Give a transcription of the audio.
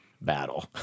battle